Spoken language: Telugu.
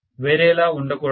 వేరేలా ఉండకూడదు